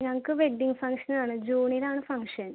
ഞങ്ങൾക്ക് വെഡ്ഡിംഗ് ഫംഗ്ഷനാണ് ജൂണിലാണ് ഫംഗ്ഷൻ